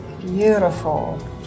Beautiful